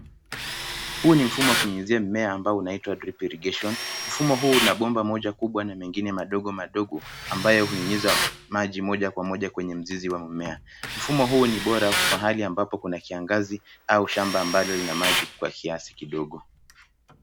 Huu ni mfumo wa kunyunyizia mimea ambao unaitawa drip irrigation . Mfumo huu una bomba moja kubwa na mengine madogo madogo ambayo hunyunyiza maji moja kwa moja kwenye mzizi wa mimea. Mfumo huu ni bora mahali ambapo kuna kiangazi au shamba ambalo lina maji kwa kiasi kidogo.